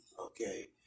okay